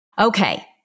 Okay